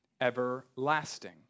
everlasting